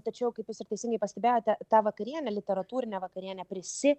tačiau kaip jūs ir teisingai pastebėjote tą vakarienę literatūrinę vakarienę prisi